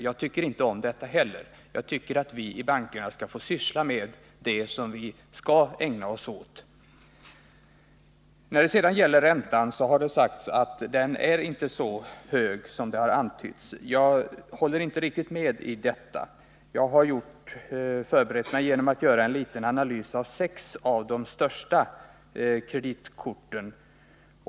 Jag tycker inte heller om detta. Jag tycker att vi i bankerna skall få syssla med det som vi skall ägna oss åt. Det har sagts att räntan inte är så hög som det har antytts. Jag håller inte riktigt med om detta. Jag har förberett mig genom att göra en liten analys av sex av de största kreditkorten.